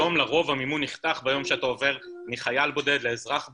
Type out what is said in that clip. היום לרוב המימון נחתך ביום שאתה עובר מחייל בודד לאזרח בודד,